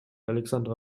alexandra